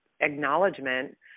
acknowledgement